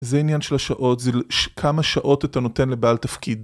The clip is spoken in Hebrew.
זה עניין של השעות, זה כמה שעות אתה נותן לבעל תפקיד.